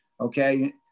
Okay